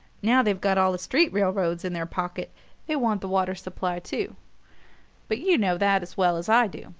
now they've got all the street railroads in their pocket they want the water-supply too but you know that as well as i do.